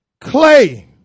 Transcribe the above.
clay